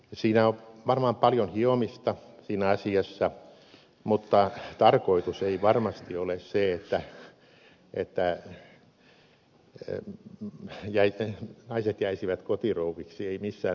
siinä on varmaan paljon hiomista siinä asiassa mutta tarkoitus ei varmasti ole se että naiset jäisivät kotirouviksi ei missään tapauksessa